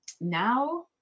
Now